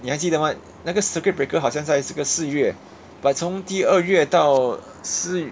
你还记得吗那个 circuit breaker 好像在这个四月 but 从第二月到四